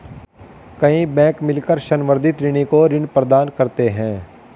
कई बैंक मिलकर संवर्धित ऋणी को ऋण प्रदान करते हैं